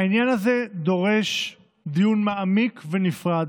העניין הזה דורש דיון מעמיק ונפרד,